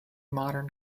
modern